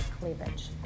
cleavage